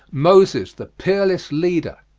moses the peerless leader.